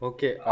Okay